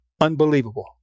unbelievable